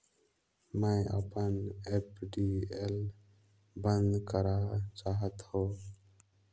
मैं अपन एफ.डी ल बंद करा चाहत हों